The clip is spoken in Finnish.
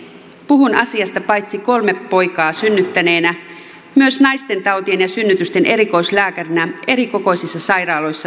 puhun asiasta paitsi kolme poikaa synnyttäneenä myös naistentautien ja synnytysten erikoislääkärinä erikokoisissa sairaaloissa työtä tehneenä